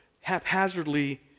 haphazardly